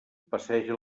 passeja